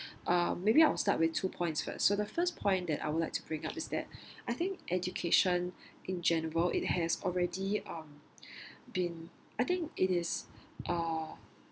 uh maybe I will start with two points first so the first point that I would like to bring up is that I think education in general it has already um been I think it is uh